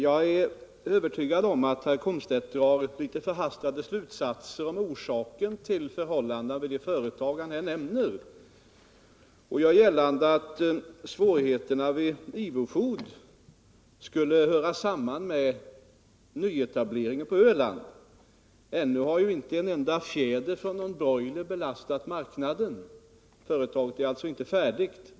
Jag är övertygad om att herr Komstedt drar litet förhastade slutsatser om orsaken till förhållandena vid de företag han här nämner. Han gör gällande att svårigheterna vid Ivo Food skulle höra samman med nyetableringen på Öland. Ännu har ju inte en enda fjäder från någon broiler därifrån belastat marknaden. Företaget är alltså inte färdigt.